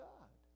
God